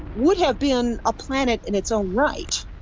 would have been a planet in its own right,